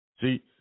See